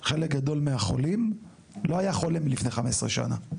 חלק גדול מהחולים לא היה חולה לפני 15 שנה.